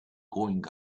going